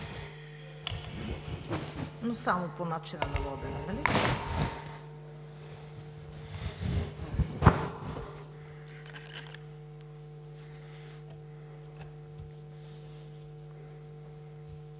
но само по начина на водене, нали?